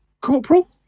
Corporal